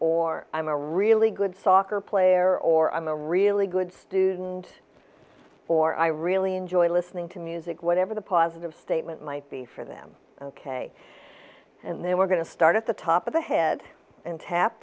or i'm a really good soccer player or i'm a really good student or i really enjoy listening to music whatever the positive statement might be for them ok and then we're going to start at the top of the head and tap